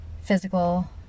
physical